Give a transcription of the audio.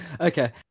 Okay